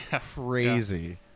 Crazy